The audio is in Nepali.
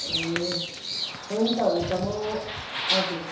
ए हुन्छ हुन्छ म हजुर